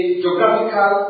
geographical